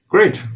Great